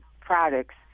products